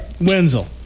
Wenzel